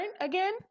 again